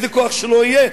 איזה כוח שלא יהיה,